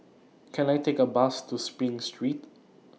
Can I Take A Bus to SPRING Street